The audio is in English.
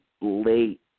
late